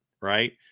Right